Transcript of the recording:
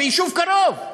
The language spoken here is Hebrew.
ביישוב קרוב,